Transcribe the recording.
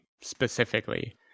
specifically